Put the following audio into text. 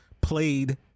played